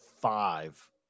five